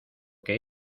que